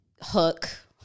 Hook